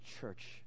church